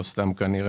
נוח